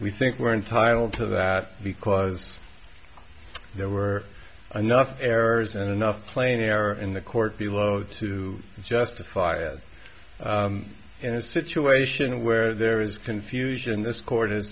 we think we're entitled to that because there were enough errors and enough plain error in the court below to justify it in a situation where there is confusion this c